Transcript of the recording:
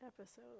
episode